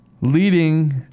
leading